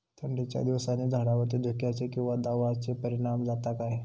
थंडीच्या दिवसानी झाडावरती धुक्याचे किंवा दवाचो परिणाम जाता काय?